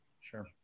Sure